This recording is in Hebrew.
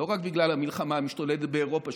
לא רק בגלל המלחמה המשתוללת באירופה,